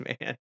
man